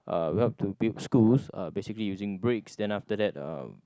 uh we help to build schools uh basically using bricks then after that uh